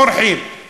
אורחים.